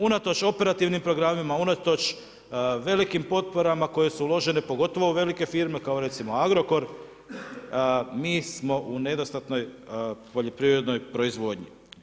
Unatoč operativnim programima, unatoč velikim potporama koje su uložene pogotovo u velike firme kao recimo Agrokor mi smo u nedostatnoj poljoprivrednoj proizvodnji.